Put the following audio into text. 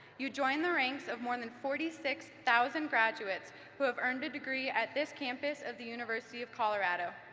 you join the ranks of more than forty six thousand graduates who have earned a degree at this campus of the university of colorado.